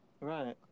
Right